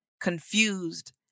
confused